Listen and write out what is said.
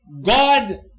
God